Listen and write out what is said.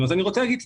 אני יוצר בועות.